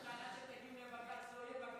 עד שתגיעו לבג"ץ, בג"ץ לא יהיה.